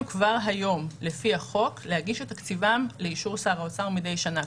כבר היום לפי החוק להגיש את תקציבם לאישור שר האוצר מדי שנה.